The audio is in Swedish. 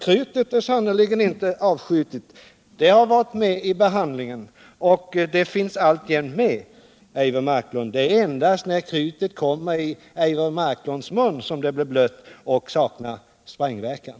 Krutet är sannerligen inte bortskjutet. Det har varit med i behandlingen och finns alltjämt med, Eivor Marklund. Det är endast när krutet kommer i Eivor Marklunds mun som det blir blött och saknar sprängverkan.